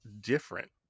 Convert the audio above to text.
different